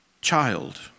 child